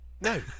No